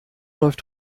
läuft